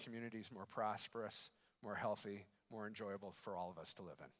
communities more prosperous more healthy more enjoyable for all of us to live